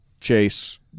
chase